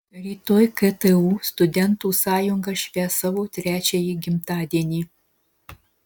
rytoj ktu studentų sąjunga švęs savo trečiąjį gimtadienį